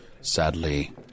sadly